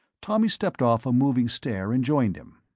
tommy stepped off a moving stair and joined him.